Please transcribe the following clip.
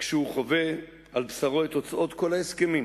כשהוא חווה על בשרו את תוצאות כל ההסכמים,